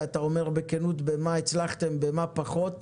ואתה אומר בכנות במה הצלחתם ובמה פחות.